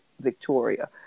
Victoria